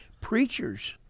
preachers